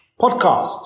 podcast